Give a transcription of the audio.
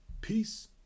Peace